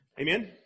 Amen